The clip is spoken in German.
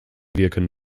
wirken